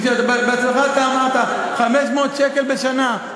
בעצמך אמרת, 500 שקל בשנה.